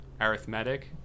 arithmetic